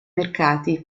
mercati